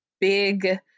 big